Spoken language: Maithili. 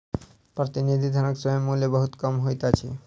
प्रतिनिधि धनक स्वयं मूल्य बहुत कम होइत अछि